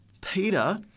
Peter